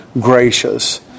gracious